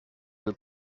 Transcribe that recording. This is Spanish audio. del